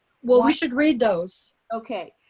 well we should read those. okay.